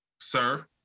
sir